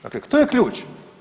Dakle, to je ključ.